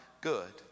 good